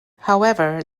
however